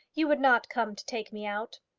you would not come to take me out.